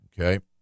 Okay